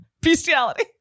Bestiality